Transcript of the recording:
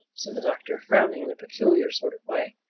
said the doctor frowning in a peculiar sort of way.